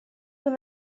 when